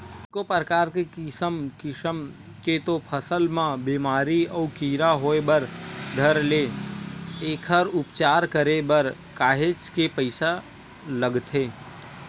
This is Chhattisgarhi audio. कतको परकार के किसम किसम के तो फसल म बेमारी अउ कीरा होय बर धर ले एखर उपचार करे बर काहेच के पइसा लगथे